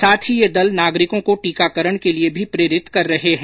साथ ही ये दल नागरिकों को टीकाकरण के लिए भी प्रेरित कर रहे हैं